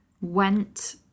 went